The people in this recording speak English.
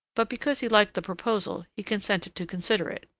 but because he liked the proposal he consented to consider it.